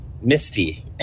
Misty